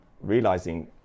realizing